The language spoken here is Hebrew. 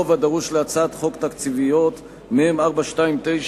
(הרוב הדרוש להצעות חוק תקציביות) מ/429,